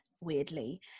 weirdly